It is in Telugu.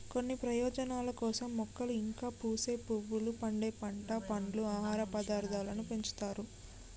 కొన్ని ప్రయోజనాల కోసం మొక్కలు ఇంకా పూసే పువ్వులు, పండే పంట, పండ్లు, ఆహార పదార్థాలను పెంచుతారు